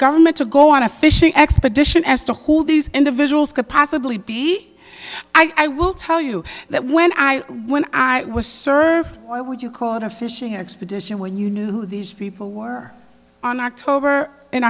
government to go on a fishing expedition as to hold these individuals could possibly be i will tell you that when i when i was served would you call it a fishing expedition when you knew who these people were on october in